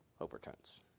overtones